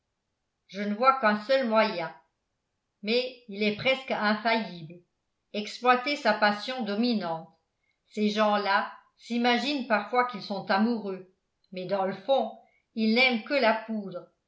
je ne vois qu'un seul moyen mais il est presque infaillible exploiter sa passion dominante ces gens-là s'imaginent parfois qu'ils sont amoureux mais dans le fond ils n'aiment que la poudre